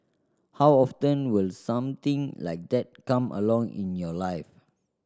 how often will something like that come along in your life